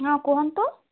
ହଁ କୁହନ୍ତୁ